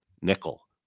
nickel